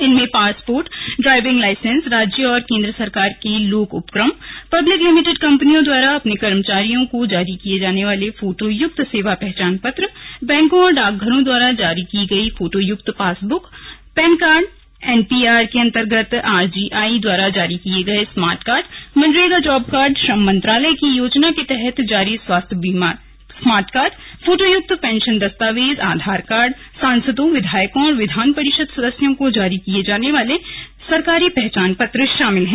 इनमें passport driving licence राज्य और केन्द्र सरकार के लोक उपक्रम पब्लिक लिमिटेड कम्पनियों द्वारा अपने कर्मचारियों को जारी किये जाने वाले फोटोयुक्त सेवा पहचान पत्र बैकों और डाकघरों द्वारा जारी की गई फोटोयुक्त पासबुक पैन कार्ड एनपीआर के अन्तर्गत आरजीआई द्वारा जारी किये गये स्मार्ट कार्ड मनरेगा जॉब कार्ड श्रम मंत्रालय की योजना के तहत जारी स्वास्थ्य बीमा स्मार्ट कार्ड फोटोयुक्त पेंशन दस्तावेज आधार कार्ड सांसदों विधायकों और विधान परिषद सदस्यों को जारी किये गये सरकारी पहचान पत्र शामिल हैं